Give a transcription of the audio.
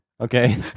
Okay